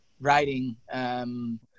writing